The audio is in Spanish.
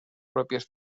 propios